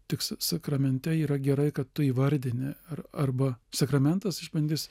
tik sa sakramente yra gerai kad tu įvardini ar arba sakramentas išbandys